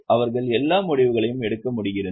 அவர்கள் எல்லா முடிவுகளையும் எடுக்க முடிகிறது